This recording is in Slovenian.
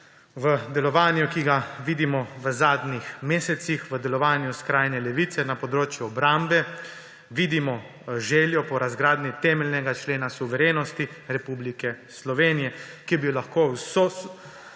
v delovanju, ki ga vidimo v zadnjih mesecih, v delovanju skrajne levice na področju obrambe vidimo željo po razgradnji temeljnega člena suverenosti Republike Slovenije, ki bi jo lahko z vso